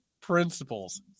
principles